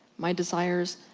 my desires,